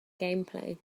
gameplay